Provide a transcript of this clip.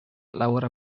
lavora